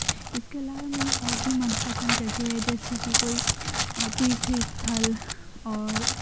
इसके अलावा मेरी और भी मनपसंद जगह हैं जैसे की कोई तीर्थ स्थल और